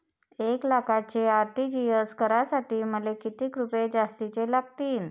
एक लाखाचे आर.टी.जी.एस करासाठी मले कितीक रुपये जास्तीचे लागतीनं?